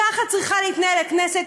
ככה צריכה להתנהל הכנסת?